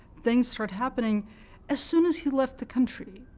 things start happening as soon as he left the country.